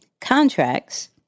contracts